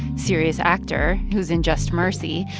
serious actor who's in just mercy.